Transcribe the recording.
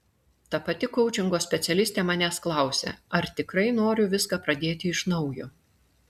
ta pati koučingo specialistė manęs klausė ar tikrai noriu viską pradėti iš naujo